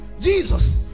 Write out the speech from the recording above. Jesus